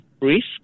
risk